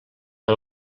per